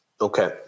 Okay